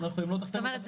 זאת אומרת,